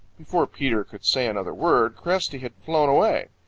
before peter could say another word cresty had flown away.